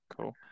cool